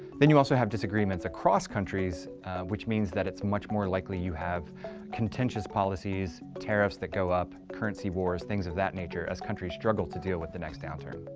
then you also have disagreements across countries which means that it's much more likely you have contentious policies tariffs that go up currency wars things of that nature as countries struggle to deal with the next downturn